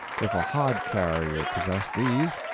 if a hod-carrier possessed these,